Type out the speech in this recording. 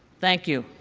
thank you,